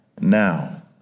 now